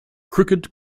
crooked